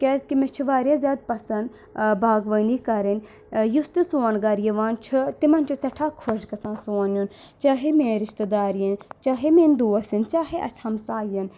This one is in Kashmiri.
کیازکہِ مےٚ چھِ واریاہ زیادٕ پَسنٛد باغوٲنی کَرٕنۍ یُس تہِ سون گَرٕ یِوان چھُ تِمَن چھُ سؠٹھاہ خۄش گژھان سون یُن چاہے میٲنۍ رِشتہٕ دار یِن چاہے میٲنۍ دوس یِن چاہے اَسہِ ہمساے یِن